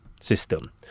system